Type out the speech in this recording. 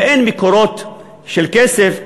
אין מקורות של כסף,